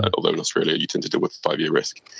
and although in australia you tend to deal with five-year risk.